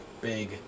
big